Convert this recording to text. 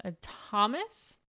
Thomas